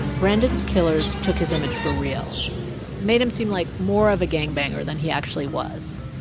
brandon's killers took his image for real made him seem like more of a gang banger than he actually was.